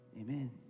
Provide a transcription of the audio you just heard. amen